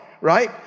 right